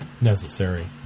necessary